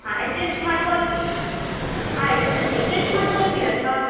ಹಾಂ ಅಜೆಸ್ಟ್ ಮಾಡ್ಕೊಳ್ತಿ ಆಯ್ತು ಸರಿ ಅಜೆಸ್ಟ್ ಮಾಡಿಕೊಳ್ತೀರಲ್ವ